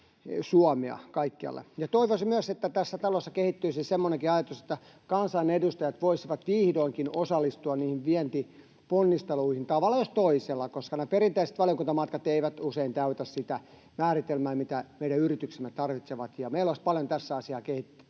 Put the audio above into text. vienti-Suomea kaikkialle. Toivoisin myös, että tässä talossa kehittyisi semmoinenkin ajatus, että kansanedustajat voisivat vihdoinkin osallistua niihin vientiponnisteluihin tavalla jos toisella, koska perinteiset valiokuntamatkat eivät usein täytä sitä määritelmää, mitä meidän yrityksemme tarvitsevat. Meillä olisi paljon tässä asiassa kehittämistä,